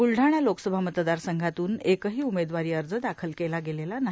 ब्लढाणा लोकसभा मतदार संघातून एकही उमेदवारी अर्ज दाखल केला गेलेला नाही